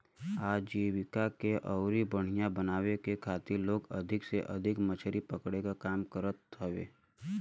आजीविका के अउरी बढ़ियां बनावे के खातिर लोग अधिका से अधिका मछरी पकड़े क काम करत हवे